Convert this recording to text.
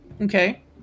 okay